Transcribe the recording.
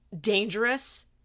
dangerous